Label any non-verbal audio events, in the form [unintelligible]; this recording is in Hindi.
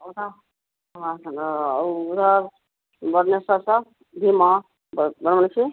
ओथा वहाँ सब उधर बरनेस्वर सब भीमा [unintelligible] से